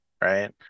right